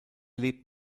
lebt